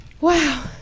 Wow